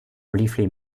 briefly